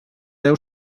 deu